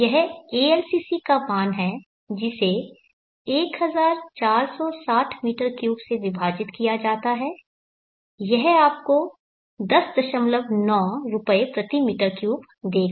यह ALCC का मान है जिसे 1460 m3 से विभाजित किया जाता है यह आपको 109 रुपये प्रति m3 देगा